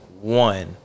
one